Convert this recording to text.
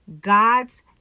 God's